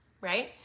right